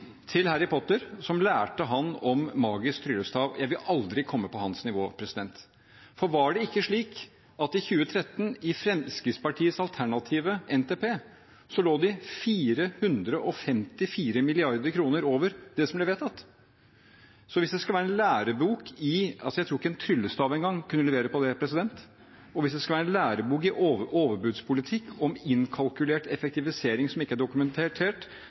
til Harry Potter, som lærte ham om magisk tryllestav. Jeg vil aldri komme på hans nivå, for lå ikke Fremskrittspartiet, i sin alternative NTP i 2013, 454 mrd. kr over det som ble vedtatt? Jeg tror ikke engang en tryllestav kunne levert det. Hvis en vil ha en lærebok i overbudspolitikk og innkalkulert effektivisering som ikke er dokumentert,